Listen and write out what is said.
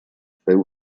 féu